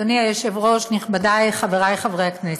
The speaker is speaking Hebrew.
אדוני היושב-ראש, נכבדי, חברי חברי הכנסת,